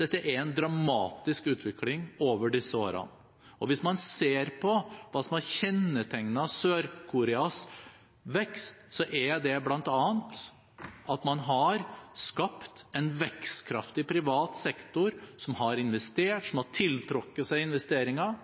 Dette er en dramatisk utvikling over disse årene, og hvis man ser på hva som har kjennetegnet Sør-Koreas vekst, er det bl.a. at man har skapt en vekstkraftig privat sektor som har investert, som har tiltrukket seg investeringer.